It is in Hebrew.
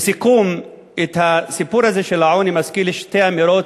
ולסיכום, הסיפור הזה של העוני מזכיר לי שתי אמירות